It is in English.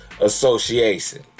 Association